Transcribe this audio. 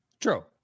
true